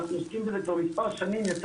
אנחנו עוסקים בזה כבר מספר שנים,